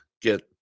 get